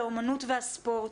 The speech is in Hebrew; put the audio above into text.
האמנות והספורט,